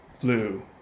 flu